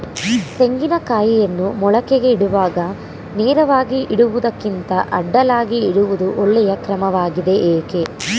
ತೆಂಗಿನ ಕಾಯಿಯನ್ನು ಮೊಳಕೆಗೆ ಇಡುವಾಗ ನೇರವಾಗಿ ಇಡುವುದಕ್ಕಿಂತ ಅಡ್ಡಲಾಗಿ ಇಡುವುದು ಒಳ್ಳೆಯ ಕ್ರಮವಾಗಿದೆ ಏಕೆ?